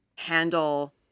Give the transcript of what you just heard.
handle